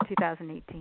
2018